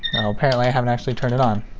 oh, apparently i haven't actually turned it on,